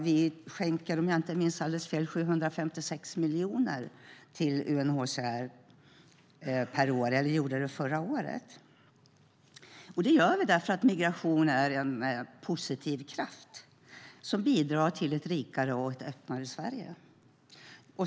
Vi skänkte, om jag inte minns alldeles fel, 756 miljoner till UNHCR förra året, och det gör vi därför att migration är en positiv kraft som bidrar till ett rikare och öppnare Sverige.